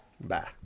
Bye